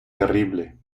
terrible